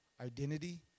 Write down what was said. identity